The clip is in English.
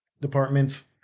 departments